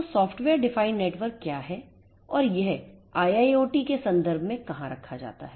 तो software defined network क्या है और यह IIoT के संदर्भ में कहां रखा जाता है